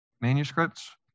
manuscripts